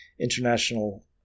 international